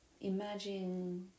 Imagine